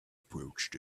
approached